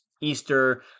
Easter